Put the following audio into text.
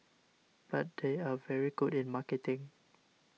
but they are very good in marketing